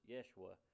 Yeshua